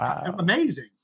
amazing